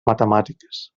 matemàtiques